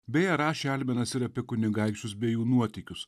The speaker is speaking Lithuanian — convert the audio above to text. beje rašė alminas ir apie kunigaikščius bei jų nuotykius